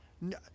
No